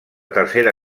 tercera